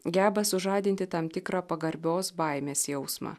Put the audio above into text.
geba sužadinti tam tikrą pagarbios baimės jausmą